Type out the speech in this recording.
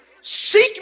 seek